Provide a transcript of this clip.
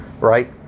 right